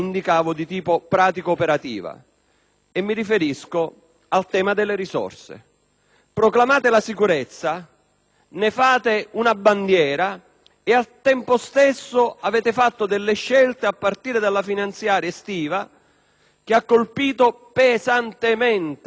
mi riferisco al tema delle risorse. Proclamate la sicurezza, ne fate una bandiera e al tempo stesso avete fatto delle scelte, a partire dalla finanziaria estiva, che hanno colpito pesantemente il sistema della sicurezza